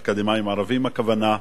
אקדמאים ערבים, הכוונה.